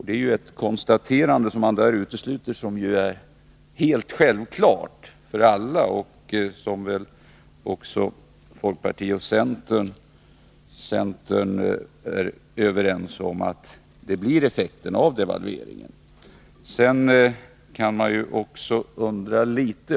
Det är ett konstaterande som ju är helt självklart för alla. Folkpartiet och centern är också överens om att detta blir effekten av devalveringen.